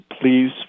please